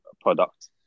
product